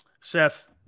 Seth